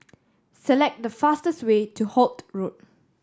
select the fastest way to Holt Road